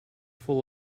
full